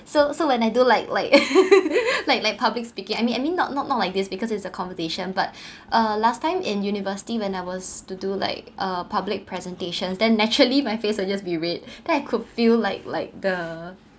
so so when I do like like like like public speaking I mean I mean not not not like this because it's a conversation but uh last time in university when I was to do like uh public presentations then naturally my face will just be red then I could feel like like the